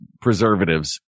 preservatives